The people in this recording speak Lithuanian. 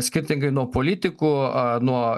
skirtingai nuo politikų nuo